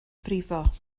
brifo